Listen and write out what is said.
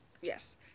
Yes